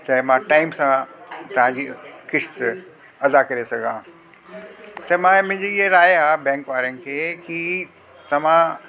चाहे मां टाइम सां तांजी किस्त अदा करे सघां चए मां मुंहिंजी ये राय आ बैंक वारनि खे कि तव्हां